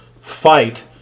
fight